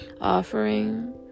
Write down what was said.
offering